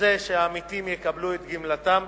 שהעמיתים יקבלו את גמלתם,